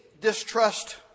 distrust